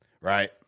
right